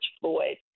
Floyd